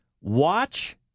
Watch